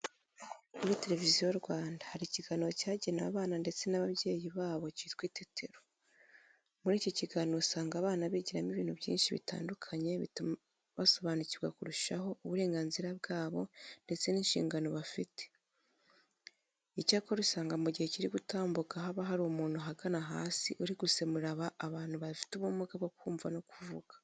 Kuri Televiziyo Rwanda hari ikiganiro cyagenewe abana ndetse n'ababyeyi babo cyitwa Itetero. Muri iki kiganiro usanga abana bigiramo ibintu byinshi bitandukanye bituma basobanukirwa kurushaho uburenganzira bwabo ndetse n'inshingano bafite. Icyakora usanga mu gihe kiri gutambuka haba hari umuntu ahagana hasi uri gusemurira abantu bafite ubumuga bwo kumva no kuvuga.